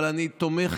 אבל אני תומך,